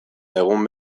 egun